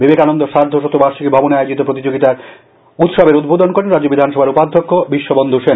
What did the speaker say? বিবেকানন্দ সার্ধশতবার্ষিকী ভবনে আয়োজিত প্রতিযোগিতার উদ্বোধন করেন রাজ্য বিধানসভার উপাধ্যক্ষ বিশ্ববন্ধু সেন